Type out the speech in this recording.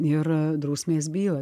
ir drausmės bylą